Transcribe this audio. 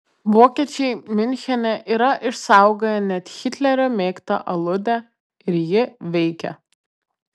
vokiečiai miunchene yra išsaugoję net hitlerio mėgtą aludę ir ji veikia